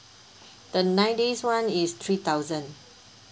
the nine days [one] is three thousand